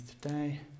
today